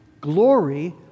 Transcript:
glory